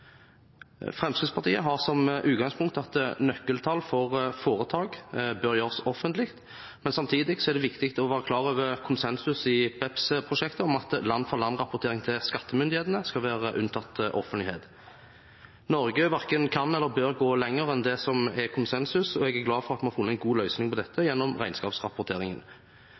Fremskrittspartiet har som utgangspunkt at nøkkeltall for foretak bør gjøres offentlige, men samtidig er det viktig å være klar over konsensus i BEPS-prosjektet om at land-for-land-rapportering til skattemyndighetene skal være unntatt offentlighet. Norge verken kan eller bør gå lenger enn det som er konsensus, og jeg er glad for at vi har funnet en god løsning på dette gjennom regnskapsrapporteringen.